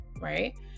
right